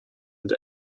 and